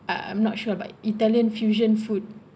uh I'm not sure about italian fusion food